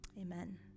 Amen